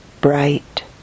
bright